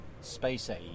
space-age